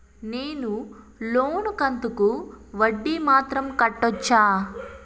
నేను లోను కంతుకు వడ్డీ మాత్రం కట్టొచ్చా?